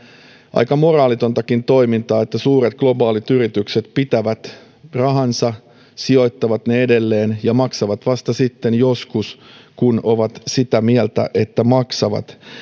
aika moraalitontakin toimintaa että suuret globaalit yritykset pitävät rahansa sijoittavat ne edelleen ja maksavat vasta sitten joskus kun ovat sitä mieltä että maksavat